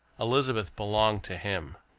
elizabeth belonged to him.